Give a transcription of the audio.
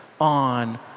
on